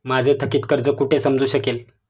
माझे थकीत कर्ज कुठे समजू शकेल?